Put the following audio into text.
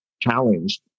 challenged